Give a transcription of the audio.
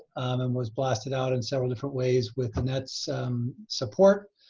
and was blasted out in several different ways with nets support.